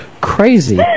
crazy